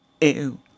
Ew